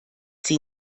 sie